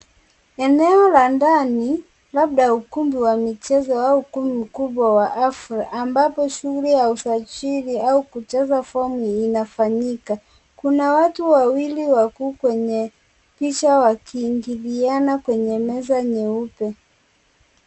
Eneo la ndani labda ukumbi wa michezo au ukumbi mkubwa wa sherehe ambapo shughuli ya usajili au kucheza kamari inafanyika. Kuna watu wawili wakuu kwenye picha wakiingiliana kwenye meza nyeupe.